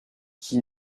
qui